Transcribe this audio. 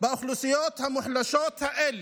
באוכלוסיות המוחלשות האלה,